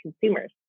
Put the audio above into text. consumers